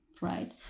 right